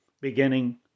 Beginning